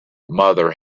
mother